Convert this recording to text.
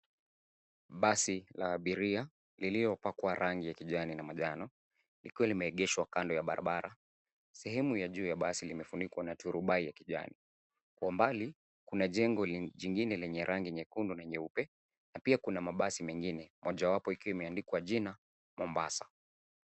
Basi la abiria lililopakwa rangi ya kijani na manjano likiwa limeegeshwa kando ya barabara. Sehemu ya juu ya basi limefunikwa na turubai ya kijani. Kwa umbali kuna jengo jingine lenye rangi nyekundu na nyeupe na pia kuna mabasi mengine mojawapo likiwa imeandikwa jina Mombasa.